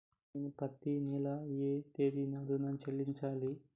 నేను పత్తి నెల ఏ తేదీనా ఋణం చెల్లించాలి?